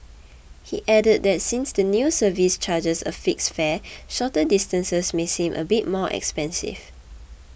he added that since the new service charges a fixed fare shorter distances may seem a bit more expensive